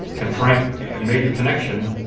and frank and made the connection.